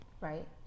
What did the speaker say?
right